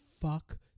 fuck